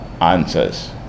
answers